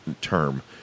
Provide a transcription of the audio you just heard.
term